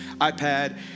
iPad